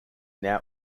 now